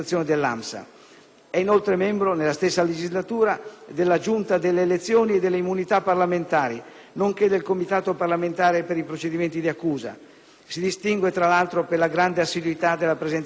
Inoltre, nella stessa legislatura è membro della Giunta delle elezioni e delle immunità parlamentari, nonché del Comitato parlamentare per i procedimenti di accusa. Si distingue, tra l'altro, per la grande assiduità della presenza parlamentare.